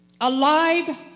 Alive